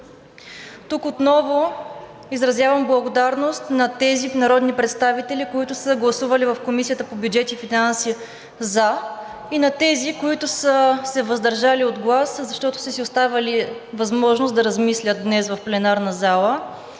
Тук отново изразявам благодарност на тези народни представители, които са гласували в Комисията по бюджет и финанси „за“ и на тези, които са се въздържали от глас, защото са си оставили възможност да размислят днес в пленарната зала.